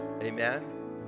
Amen